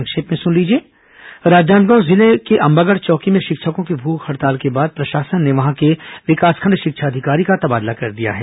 संक्षिप्त समाचार राजनांदगांव जिले के अंबागढ़ चौकी में शिक्षकों की भूख हड़ताल के बाद प्रशासन ने वहां के विकासखंड शिक्षा अधिकारी का तबादला कर दिया है